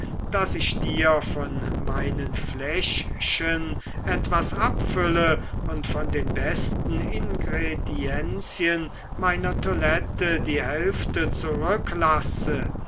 daß ich dir von meinen fläschchen etwas abfülle und von den besten ingredienzien meiner toilette die hälfte zurücklasse